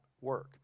work